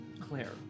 Claire